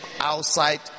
outside